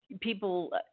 people